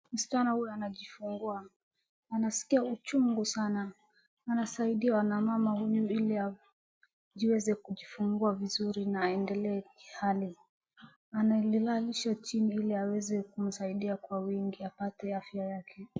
Msichana huyu anajifungua, anaskia uchungu sana, anasaidiwa na mama huyu ili ajiweze kujifungua vizuri na aendelee hali. Anamlalisha chini ili aweze kumsaidia kwa wingi apate afya yake.